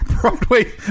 Broadway